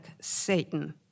Satan